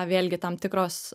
vėlgi tam tikros